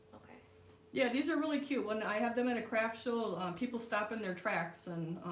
okay yeah, these are really cute when i have them in a craft show people stop in their tracks and